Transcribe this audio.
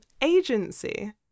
agency